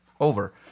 over